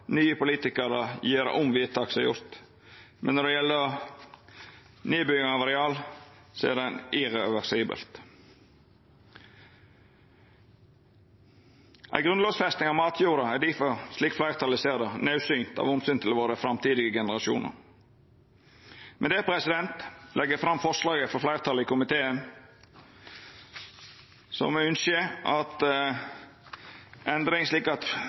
nye politikarar gjera om vedtak som er gjorde. Men når det gjeld nedbygging av areal, er det irreversibelt. Ei grunnlovfesting av matjorda er difor, slik fleirtalet ser det, naudsynt av omsyn til dei framtidige generasjonane våre. Med det tilrår eg forslaget til vedtak frå fleirtalet i komiteen. Me ynskjer ei endring